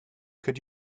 could